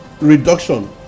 reduction